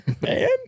man